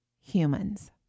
humans